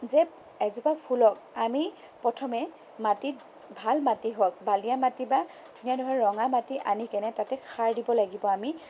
যে এজোপা ফুলক আমি প্ৰথমে মাটিত ভাল মাটি হওঁক বালিয়া মাটি বা তেনেধৰণৰ ৰঙা মাটি আনিকিনে তাতে সাৰ দিব লাগিব আমি